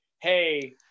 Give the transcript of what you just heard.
hey